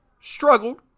struggled